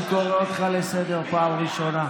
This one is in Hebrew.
אני קורא אותך לסדר פעם ראשונה.